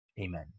Amen